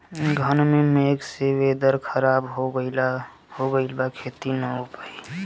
घन मेघ से वेदर ख़राब हो गइल बा खेती न हो पाई